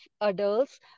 adults